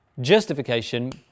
Justification